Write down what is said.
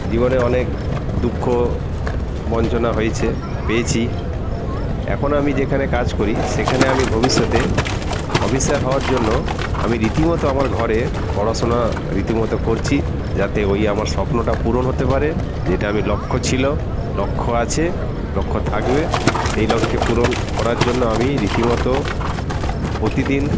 জীবনে অনেক দুঃখ বঞ্চনা হয়েছে পেয়েছি এখন আমি যেখানে কাজ করি সেখানে আমি ভবিষ্যতে অফিসার হওয়ার জন্য আমি রীতিমতো আমার ঘরে পড়াশোনা রীতিমতো করছি যাতে ওই আমার স্বপ্নটা পূরণ হতে পারে যেটা আমি লক্ষ্য ছিল লক্ষ্য আছে লক্ষ্য থাকবে সেই লক্ষ্যে পূরণ করার জন্য আমি রীতিমতো প্রতিদিন